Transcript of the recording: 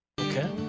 Okay